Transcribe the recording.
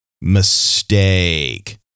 mistake